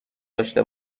داشته